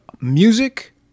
music